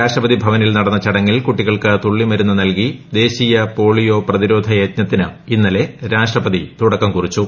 രാഷ്ട്രപതി ഭവനിൽ നടന്ന ചടങ്ങിൽ കുട്ടികൾക്ക് തുള്ളിമരുന്ന് നൽകി ദേശീയപോളിയോ പ്രതിരോധ യജ്ഞ്ച്ത്തീന് ഇന്നലെ രാഷ്ട്രപതി തുടക്കം കുറിച്ചു